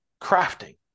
crafting